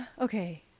Okay